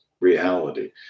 reality